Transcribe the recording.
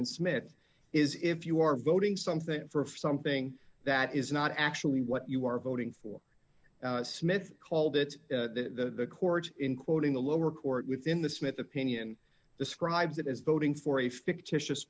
and smith is if you are voting something for something that is not actually what you are voting for smith called it the courts including the lower court within the smith opinion describes it as voting for a fictitious